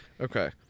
Okay